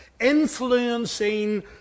influencing